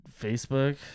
Facebook